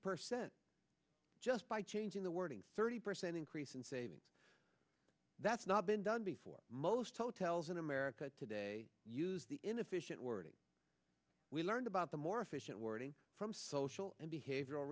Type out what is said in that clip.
percent just by changing the wording thirty percent increase in savings that's not been done before most hotels in america today use the inefficient wording we learned about the more efficient wording from social and behavioral